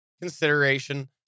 consideration